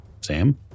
Sam